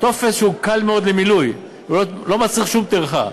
טופס שהוא קל מאוד למילוי, לא מצריך שום טרחה,